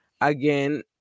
again